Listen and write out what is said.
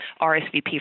RSVP